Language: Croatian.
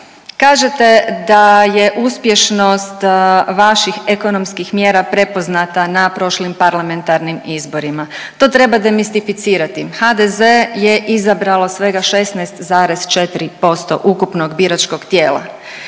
kažete da je uspješnost vaših ekonomskim mjera prepoznata na prošlim parlamentarnim izborima. To treba demistificirati. HDZ je izabralo svega 16,4% ukupnog biračkog tijela.